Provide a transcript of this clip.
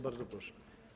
Bardzo proszę.